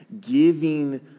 giving